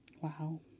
Wow